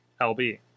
LB